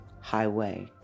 highway